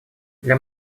для